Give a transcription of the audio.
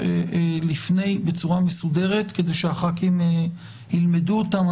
לפני בצורה מסודרת כדי שהח"כים ילמדו אותן.